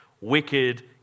wicked